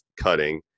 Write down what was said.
cutting